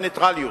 בנייטרליות.